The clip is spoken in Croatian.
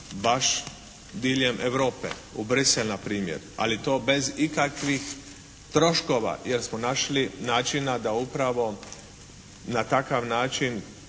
baz diljem Europe, u Bruxelles na primjer, ali to bez ikakvih troškova jer smo našli načina da upravo na takav način